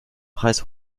preis